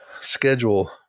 schedule